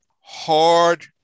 hard